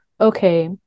okay